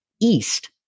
east